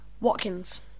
Watkins